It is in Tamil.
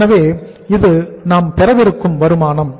எனவே இது நாம் பெறவிருக்கும் வருமானம்